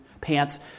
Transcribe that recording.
pants